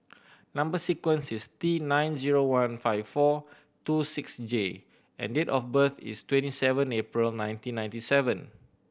number sequence is T nine zero one five four two six J and date of birth is twenty seven April nineteen ninety seven